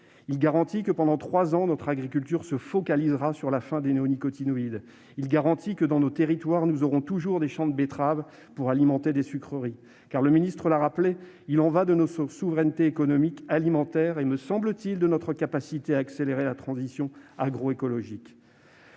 Il garantit que, pendant trois ans, notre agriculture se focalisera sur la fin des néonicotinoïdes. Il garantit que, dans nos territoires, nous aurons toujours des champs de betteraves pour alimenter des sucreries. M. le ministre l'a rappelé : il y va de notre souveraineté économique et alimentaire, et, me semble-t-il, de notre capacité à accélérer la transition agroécologique.